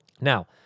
Now